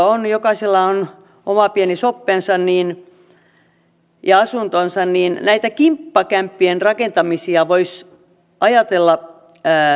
on jokaisella on oma pieni soppensa ja asuntonsa niin näitä kimppakämppien rakentamisia voisi ajatella